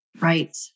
Right